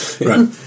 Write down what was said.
Right